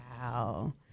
wow